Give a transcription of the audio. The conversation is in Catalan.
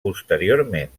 posteriorment